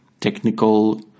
technical